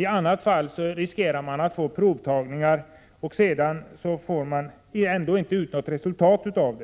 I annat fall riskerar man att göra provtagningar som man sedan ändå inte får ut något resultat av.